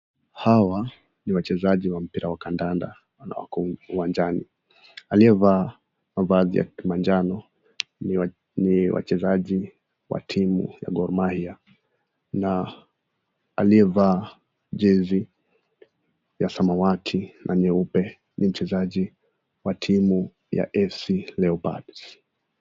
Hawa ni wachezaji wa mpira wa kandanda wanao uwanjani aliye vaa manjano ni wachezaji wa timu ya gormahia. Na aliyevaa jezi ya samawati na nyeupe ni mchezaji wa timu ya fc leopards.